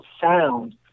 sound